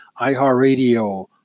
iHeartRadio